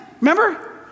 remember